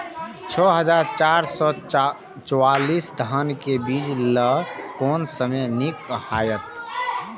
छः हजार चार सौ चव्वालीस धान के बीज लय कोन समय निक हायत?